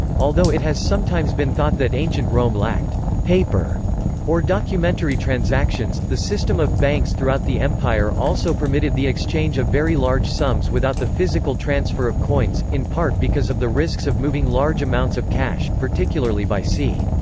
although it has sometimes been thought that ancient rome lacked paper or documentary transactions, the system of banks throughout the empire also permitted the exchange of very large sums without the physical transfer of coins, in part because of the risks of moving large amounts of cash, particularly by sea.